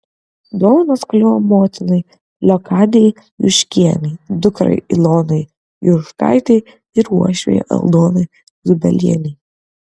dovanos kliuvo motinai leokadijai juškienei dukrai ilonai juškaitei ir uošvei aldonai zubelienei